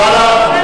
בל"ד,